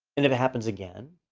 and if it happens again,